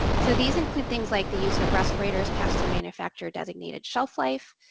so these include things like the use of respirators past their manufacturer designated shelf life,